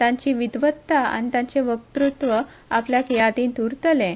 तांची विद्वत्ता आनी तांचे वक्तृत्व आपल्याक यादींत उरतलें